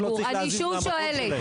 שוב,